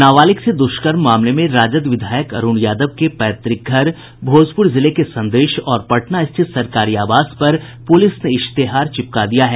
नाबालिग से दुष्कर्म मामले में राजद विधायक अरुण यादव के पैतृक घर और भोजपुर जिले के संदेश और पटना स्थित सरकारी आवास पर पुलिस ने इश्तेहार चिपका दिया है